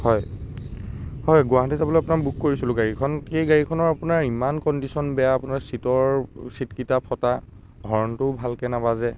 হয় হয় গুৱাহাটী যাবলৈ আপোনাৰ বুক কৰিছিলোঁ গাড়ীখন সেই গাড়ীখনৰ আপোনাৰ ইমান কণ্ডিশ্যন বেয়া আপোনাৰ ছীটৰ ছীটকেইটা ফটা হৰ্ণটোও ভালকৈ নাবাজে